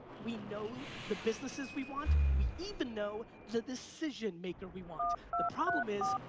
we know the businesses we want. we even know the decision maker we want. the problem is,